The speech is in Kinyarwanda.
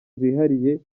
zihariye